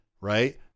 Right